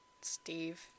Steve